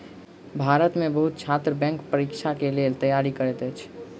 भारत में बहुत छात्र बैंक परीक्षा के लेल तैयारी करैत अछि